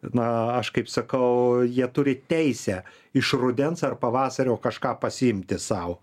na aš kaip sakau jie turi teisę iš rudens ar pavasario kažką pasiimti sau